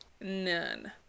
none